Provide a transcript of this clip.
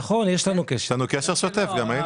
נכון, גם יש לנו קשר שוטף.